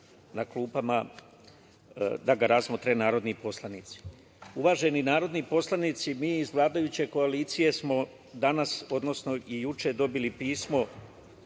na klupama da ga razmotre narodni poslanici. Uvaženi narodni poslanici, mi iz vladajuće koalicije smo danas i juče dobili pismo,